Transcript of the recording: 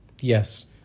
Yes